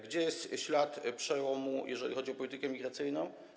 Gdzie jest ślad przełomu, jeżeli chodzi o politykę migracyjną?